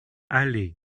allée